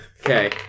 Okay